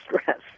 stress